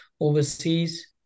overseas